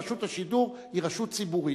רשות השידור היא רשות ציבורית.